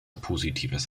positives